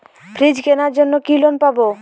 Fridge কেনার জন্য কি লোন পাব?